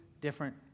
different